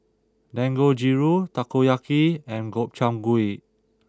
Dangojiru Takoyaki and Gobchang Gui